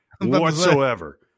whatsoever